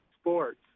sports